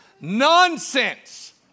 nonsense